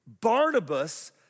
Barnabas